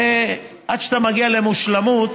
עד שאתה מגיע למושלמות